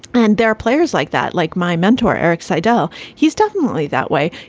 and they're players like that, like my mentor, eric cyto. he's definitely that way.